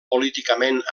políticament